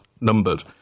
numbered